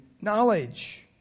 knowledge